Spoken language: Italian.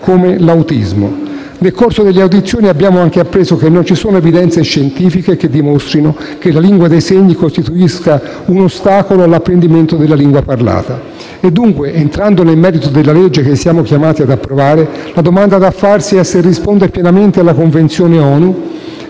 come l'autismo. Nel corso delle audizioni, abbiamo anche appreso che non ci sono evidenze scientifiche che dimostrino che la lingua dei segni costituisca un ostacolo nell'apprendimento della lingua parlata. Dunque, entrando nel merito della legge che siamo chiamati ad approvare, la domanda da farsi è se risponda pienamente alla Convenzione ONU